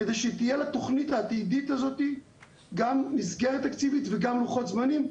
כדי שתהיה לתכנית העתידית הזאת גם מסגרת תקציבית וגם לוחות זמנים.